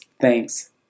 thanks